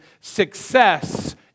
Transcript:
success